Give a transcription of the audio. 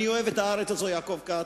אני אוהב את הארץ הזאת, יעקב כץ.